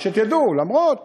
רק שתדעו, למרות